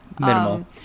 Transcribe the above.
minimal